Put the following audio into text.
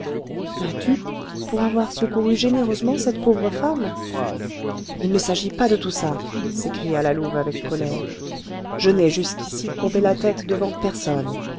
ma dupe pour avoir secouru généreusement cette pauvre femme il ne s'agit pas de tout ça s'écria la louve avec colère je n'ai jusqu'ici courbé la tête devant personne